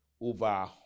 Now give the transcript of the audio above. over